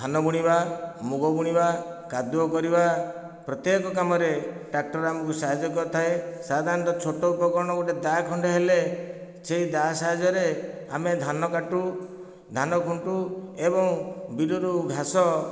ଧାନ ବୁଣିବା ମୁଗ ବୁଣିବା କାଦୁଅ କରିବା ପ୍ରତ୍ୟେକ କାମରେ ଟ୍ରାକ୍ଟର ଆମକୁ ସାହାଯ୍ୟ କରିଥାଏ ସାଧାରଣତଃ ଛୋଟ ଉପକରଣ ଗୋଟିଏ ଦାଆ ଖଣ୍ଡେ ହେଲେ ସେଇ ଦାଆ ସାହାଯ୍ୟରେ ଆମେ ଧାନ କାଟୁ ଧାନ ଖୁଣ୍ଟୁ ଏବଂ ବିଲରୁ ଘାସ